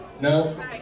No